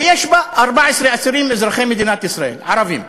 ויש בה 14 אסירים אזרחי מדינת ישראל, ערבים.